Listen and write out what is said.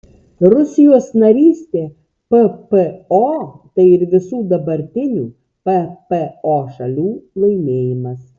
rusijos narystė ppo tai ir visų dabartinių ppo šalių laimėjimas